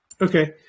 Okay